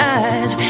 eyes